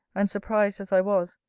and surprised as i was,